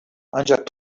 ancak